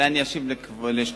אולי אשיב לשניכם.